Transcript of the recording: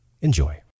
Enjoy